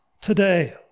today